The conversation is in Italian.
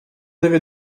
deve